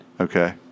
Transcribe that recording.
Okay